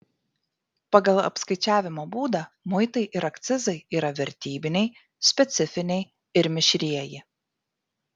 pagal apskaičiavimo būdą muitai ir akcizai yra vertybiniai specifiniai ir mišrieji